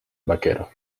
vaquero